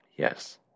Yes